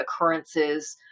occurrences